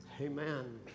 Amen